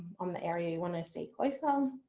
on the area you want to see closer.